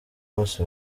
bose